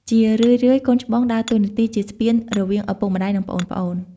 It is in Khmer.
ជារឿយៗ កូនច្បងដើរតួនាទីជាស្ពានរវាងឪពុកម្ដាយ និងប្អូនៗ។